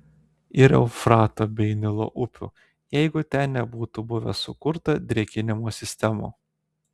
ir eufrato bei nilo upių jeigu ten nebūtų buvę sukurta drėkinimo sistemų